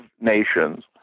nations